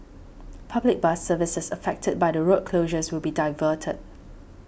public bus services affected by the road closures will be diverted